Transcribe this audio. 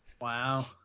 Wow